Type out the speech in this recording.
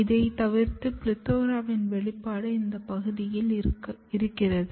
இதை தவிர்த்து PLETHORA வின் வெளிப்பாடு இந்த பகுதியில் இருக்கிறது